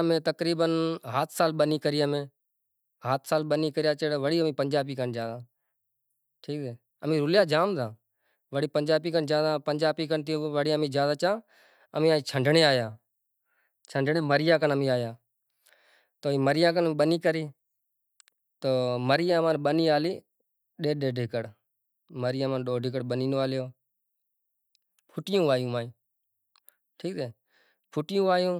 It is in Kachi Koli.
نیں صلاح مشورو بدہو ہالیو ائیں موٹا فصل رو بھی مشورو ہالیو۔